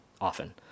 often